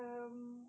um